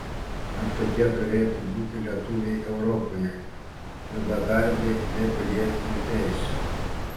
ar tokie turėtų būti lietuviai europoje juodadarbiai be pilietinių teisių